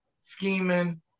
scheming